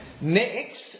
Next